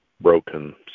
broken